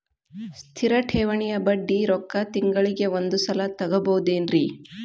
ಸ್ಥಿರ ಠೇವಣಿಯ ಬಡ್ಡಿ ರೊಕ್ಕ ತಿಂಗಳಿಗೆ ಒಂದು ಸಲ ತಗೊಬಹುದೆನ್ರಿ?